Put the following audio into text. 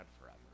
forever